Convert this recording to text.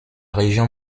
région